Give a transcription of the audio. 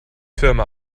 firma